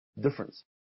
difference